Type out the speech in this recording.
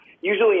Usually